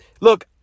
Look